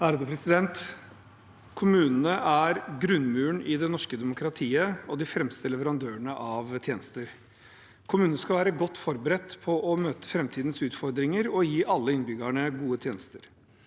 (H) Kommunene er grunnmuren i det norske demokratiet og de fremste leverandørene av tjenester. Kommunene skal være godt forberedt på å møte framtidens utfordringer og gi alle innbyggerne gode tjenester.